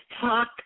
talk